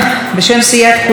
בשם סיעת כולנו,